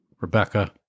Rebecca